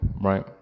right